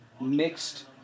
mixed